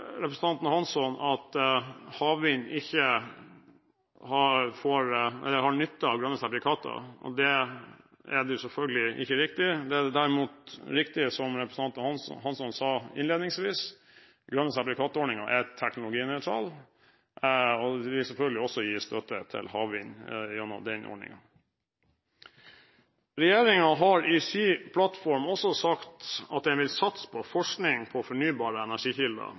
representanten Hansson at havvind ikke har nytte av grønne sertifikater. Det er selvfølgelig ikke riktig. Det er derimot riktig, som representanten Hansson sa innledningsvis, at den grønne sertifikatordningen er teknologinøytral og vil selvfølgelig også gi støtte til havvind gjennom den ordningen. Regjeringen har i sin plattform også sagt at den vil satse på forskning på fornybare energikilder.